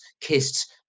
kissed